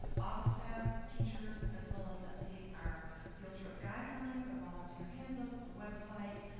office staff, teachers, as well as update our field trip guidelines, our volunteer handbooks, the website,